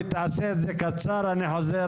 בבקשה.